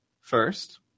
first